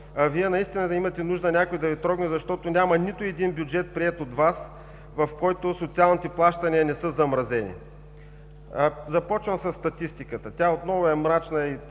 Вие наистина имате нужда някой да Ви трогне, защото няма нито един бюджет, приет от Вас, в който социалните плащания да не са замразени. Започвам със статистиката – тя отново е мрачна и